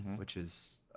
which is,